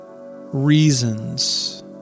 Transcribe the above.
reasons